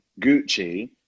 Gucci